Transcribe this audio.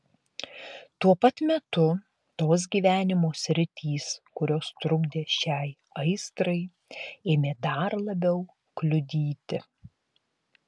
tuo pat metu tos gyvenimo sritys kurios trukdė šiai aistrai ėmė dar labiau kliudyti